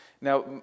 Now